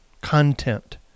content